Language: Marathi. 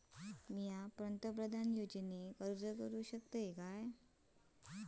मी पंतप्रधान योजनेक अर्ज करू शकतय काय?